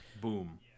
boom